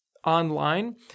Online